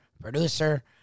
producer